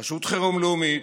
רשות חירום לאומית,